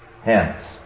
Hence